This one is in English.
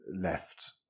Left